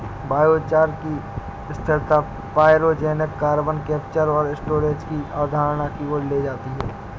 biochar की स्थिरता pyrogenic carbon capture और स्टोरेज की अवधारणा की ओर ले जाती है